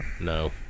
No